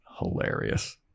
hilarious